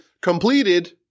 completed